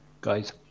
guys